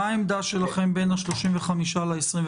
מה העמדה שלכם בין ה-35 ל-25?